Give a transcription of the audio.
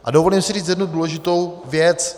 A dovolím si říct jednu důležitou věc.